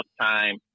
time